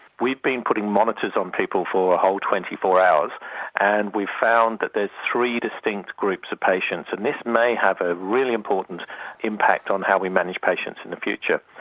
we've been putting monitors on people for a whole twenty four hours and we've found that there are three distinct groups of patients, and this may have a really important impact on how we manage patients in the future.